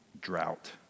drought